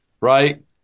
Right